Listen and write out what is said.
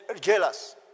Jealous